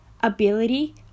ability